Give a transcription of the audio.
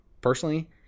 personally